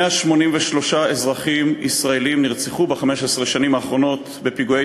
183 אזרחים נרצחו ב-15 השנים האחרונות בפיגועי